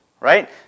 Right